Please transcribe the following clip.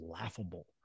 laughable